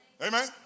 Amen